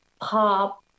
pop